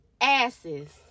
asses